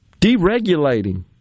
deregulating